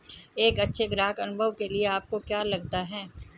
एक अच्छे ग्राहक अनुभव के लिए आपको क्या लगता है?